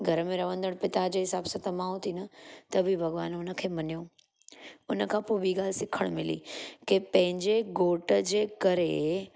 घर में रहंदड़ पिता जे हिसाब सां त माउ थी न त बि भॻवानु उन खे मनियो उन खां पोइ ॿी ॻाल्हि सिखणु मिली के पंहिंजे घोट जे करे